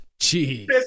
Jeez